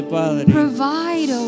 provide